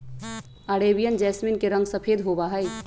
Arabian jasmine के रंग सफेद होबा हई